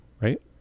right